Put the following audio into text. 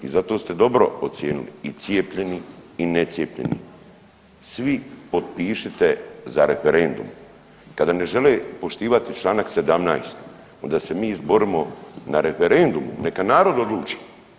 I zato ste dobro ocijenili i cijepljeni i necijepljeni svi potpišite za referendum, kada ne žele poštivati čl. 17. onda se mi izborimo na referendumu neka narod odluči.